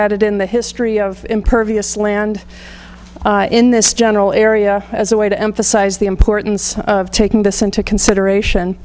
added in the history of impervious land in this general area as a way to emphasize the importance of taking this into consideration